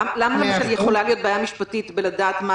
למה יכולה להיות בעיה משפטית בלדעת מה